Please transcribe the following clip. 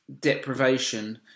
deprivation